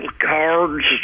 cards